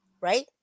right